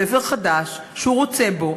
ספר חדש שהוא רוצה בו,